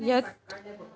यत्